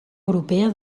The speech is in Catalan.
europea